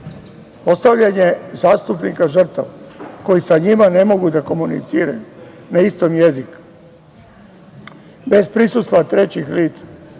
Postavljanje zastupnika žrtava koji sa njima ne mogu da komuniciraju na istom jeziku, bez prisustva trećih lica,